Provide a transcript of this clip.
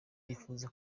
yifuza